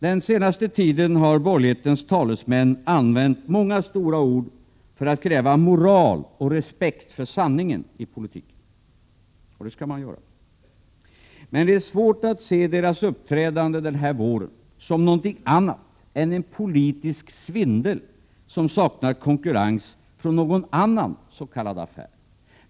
Den senaste tiden har borgerlighetens talesmän använt många stora ord för att kräva moral och respekt för sanningen i politiken. Och det skall man göra. Men det är svårt att se deras uppträdande den här våren som något annat än en politisk svindel som saknar konkurrens från någon annan s.k. affär.